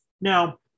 Now